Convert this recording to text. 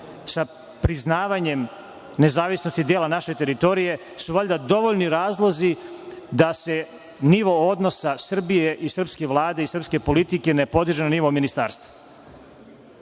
sa priznavanjem nezavisnosti dela naše teritorije su valjda dovoljni razlozi da se nivo odnosa Srbije i srpske Vlade i srpske politike ne podiže na nivo ministarstva.